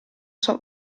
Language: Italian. sua